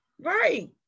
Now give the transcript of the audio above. Right